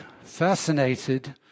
fascinated